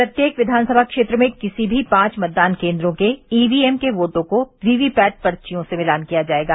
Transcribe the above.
प्रत्येक विवानसभा क्षेत्र में किसी भी पांच मतदान केन्द्रों के ई वी एम के बोटों को वी वी पैट पर्चियों से मिलान किया जायेगा